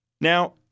Now